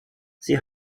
sie